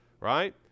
right